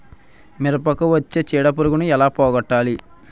మిరపకు వచ్చే చిడపురుగును ఏల పోగొట్టాలి?